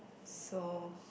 so